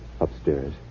Upstairs